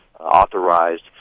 Authorized